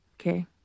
okay